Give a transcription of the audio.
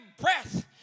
breath